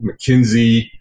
McKinsey